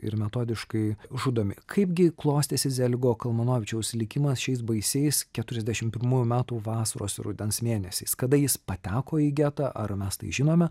ir metodiškai žudomi kaipgi klostėsi zeligo kalmanovičiaus likimas šiais baisiais keturiasdešim pirmųjų metų vasaros ir rudens mėnesiais kada jis pateko į getą ar mes tai žinome